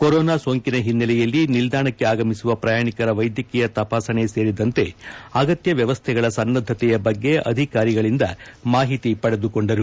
corona ಸೋಂಕಿನ ಹಿನ್ನೆಲೆಯಲ್ಲಿ ನಿಲ್ದಾಣಕ್ಕೆ ಆಗಮಿಸುವ ಪ್ರಯಾಣಿಕರ ವೈದ್ಯಕೀಯ ತಪಾಸಣೆ ಸೇರಿದಂತೆ ಅಗತ್ಯ ವ್ಯವಸ್ಥೆಗಳ ಸನ್ನದ್ದತೆಯ ಬಗ್ಗೆ ಅಧಿಕಾರಿಗಳಿಂದ ಮಾಹಿತಿ ಪಡೆದುಕೊಂಡರು